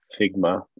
Figma